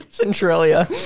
Centralia